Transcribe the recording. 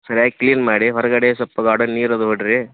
ಸರಿಯಾಗಿ ಕ್ಲೀನ್ ಮಾಡಿ ಹೊರಗಡೆ ಸೊಪ ಗಾರ್ಡನ್ ನೀರು ಅದು ಬಿಡ್ರಿ